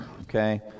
Okay